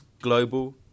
Global